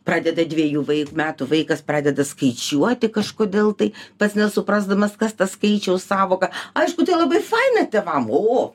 pradeda dviejų vai metų vaikas pradeda skaičiuoti kažkodėl tai pats nesuprasdamas kas ta skaičiaus sąvoka aišku tai labai faina tėvam o